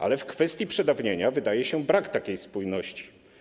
Ale w kwestii przedawnienia, wydaje się, brakuje takiej spójności.